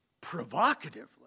provocatively